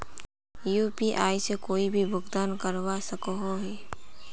UPI से कोई भी भुगतान करवा सकोहो ही?